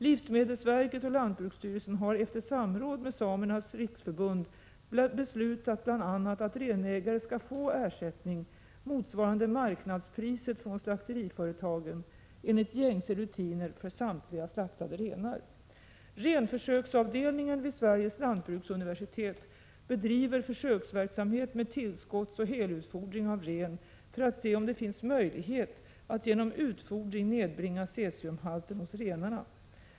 Livsmedelsverket och lantbruksstyrelsen har efter samråd med Svenska samernas riksförbund beslutat bl.a. att renägare skall få ersättning motsvarande marknadspriset från slakteriföretagen enligt gängse rutiner för samtliga slaktade renar. Renförsöksavdelningen vid Sveriges lantbruksuniversitet bedriver försöksverksamhet med tillskottsoch helutfodring av ren för att se om det finns möjlighet att genom utfodring nedbringa cesiumhalten hos renarna.